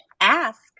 ask